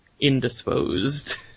indisposed